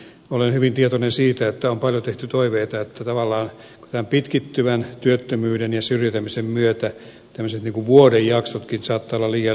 olen hyvin tietoinen siitä että on paljon toiveita että pitkittyvän työttömyyden ja syrjäytymisen myötä tämmöiset vuoden jaksotkin saattavat olla liian lyhyitä